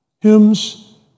Hymns